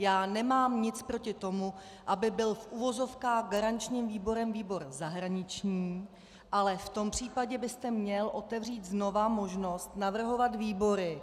Já nemám nic proti tomu, aby byl v uvozovkách garančním výborem výbor zahraniční, ale v tom případě byste měl otevřít znovu možnost navrhovat výbory.